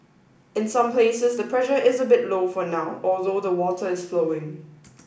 in some places the pressure is a bit low for now although the water is flowing